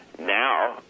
now